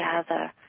together